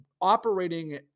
operating